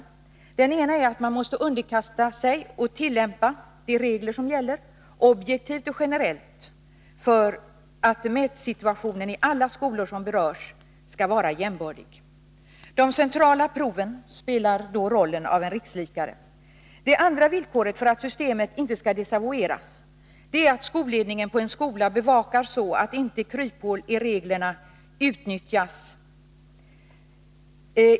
Den ena förutsättningen är att man måste underkasta sig och tillämpa de regler som gäller. Det måste ske objektivt och generellt för att mätsituationen i alla skolor som berörs skall vara jämbördig. De centrala proven spelar då rollen av en rikslikare. Den andra förutsättningen för att systemet inte skall desavoueras är att skolledningen på en skola bevakar, så att inte kryphål i reglerna utnyttjas.